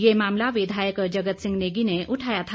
यह मामला विधायक जगत सिंह नेगी ने उठाया था